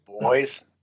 Boys